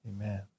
Amen